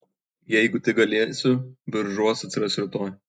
jeigu tik galėsiu biržuos atsirasiu rytoj